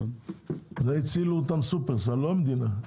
אותם הצילו "שופרסל", לא המדינה.